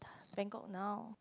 Bangkok now